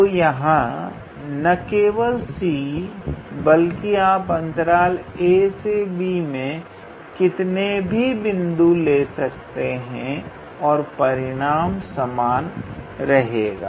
तो यहां न केवल c बल्कि आप अंतराल ab में कितने भी बिंदु ले सकते हैं और परिणाम समान रहेगा